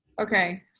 Okay